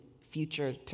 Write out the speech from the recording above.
future